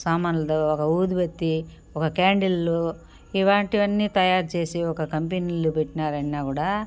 సామానులు ఒక ఊదుబత్తి ఒక క్యాండిళ్లు ఇలాంటివన్నీ తయారుచేసి ఒక కంపెనీలు బెట్టినారన్నా కూడా